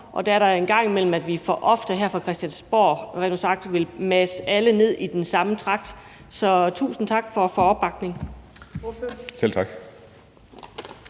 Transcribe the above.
Og der er det, at vi for ofte her på Christiansborg rent ud sagt vil mase alle ned i den samme tragt – så tusind tak for opbakningen.